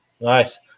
nice